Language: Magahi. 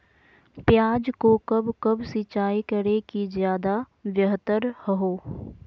प्याज को कब कब सिंचाई करे कि ज्यादा व्यहतर हहो?